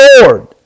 Lord